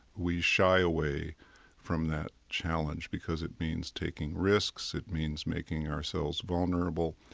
we shy away from that challenge because it means taking risks. it means making ourselves vulnerable.